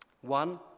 One